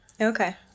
Okay